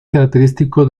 característico